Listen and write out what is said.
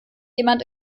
jemand